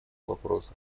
вопросах